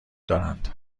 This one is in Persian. دارند